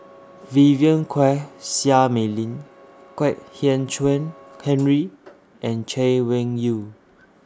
Vivien Quahe Seah Mei Lin Kwek Hian Chuan Henry and Chay Weng Yew